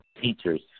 Teachers